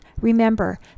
remember